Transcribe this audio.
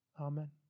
Amen